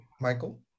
Michael